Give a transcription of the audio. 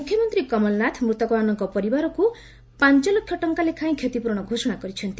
ମୁଖ୍ୟମନ୍ତ୍ରୀ କମଲ ନାଥ୍ ମୃତକମାନଙ୍କ ପରିବାରକୁ ପାଞ୍ଚ ଲକ୍ଷ ଟଙ୍କା ଲେଖାଏଁ କ୍ଷତିପୂରଣ ଘୋଷଣା କରିଛନ୍ତି